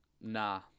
Nah